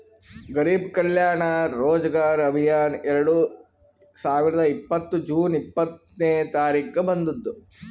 ಗರಿಬ್ ಕಲ್ಯಾಣ ರೋಜಗಾರ್ ಅಭಿಯಾನ್ ಎರಡು ಸಾವಿರದ ಇಪ್ಪತ್ತ್ ಜೂನ್ ಇಪ್ಪತ್ನೆ ತಾರಿಕ್ಗ ಬಂದುದ್